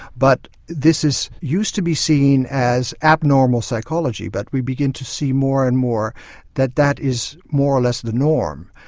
but this used to be seen as abnormal psychology but we begin to see more and more that that is more or less the norm.